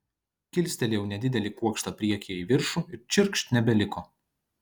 kilstelėjau nedidelį kuokštą priekyje į viršų ir čirkšt nebeliko